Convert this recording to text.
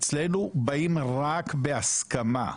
אצלנו באים רק בהסכמה.